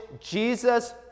Jesus